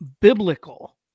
biblical